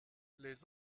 les